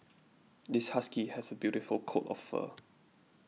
this husky has a beautiful coat of fur